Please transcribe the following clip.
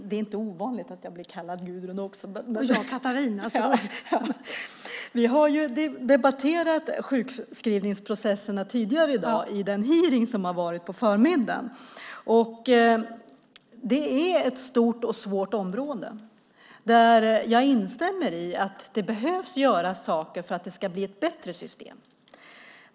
Herr talman! Vi har tidigare i dag debatterat sjukskrivningsprocesserna i den hearing som var på förmiddagen. Det är ett stort och svårt område, och jag instämmer i att det behöver göras saker för att det ska bli ett bättre system.